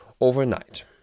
overnight